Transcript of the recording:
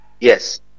Yes